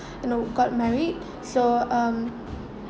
you know got married so um